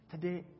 Today